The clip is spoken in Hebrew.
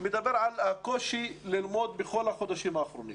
מדבר על הקושי ללמוד בכל החודשים האחרונים